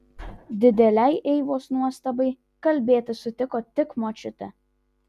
didelei eivos nuostabai kalbėti sutiko tik močiutė